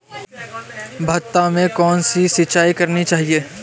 भाता में कौन सी सिंचाई करनी चाहिये?